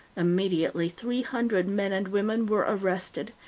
immediately three hundred men and women were arrested.